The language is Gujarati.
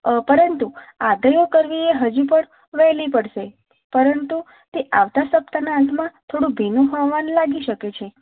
અ પરંતુ આગાહીઓ કરવી એ હજુ પણ વહેલી પડશે પરંતુ તે આવતાં સપ્તાહના અંતમાં થોડું ભીનું હવામાન લાગી શકે છે